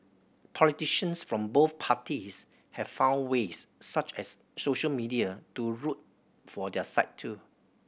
politicians from both parties have found ways such as social media to root for their side too